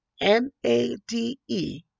m-a-d-e